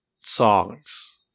songs